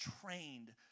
trained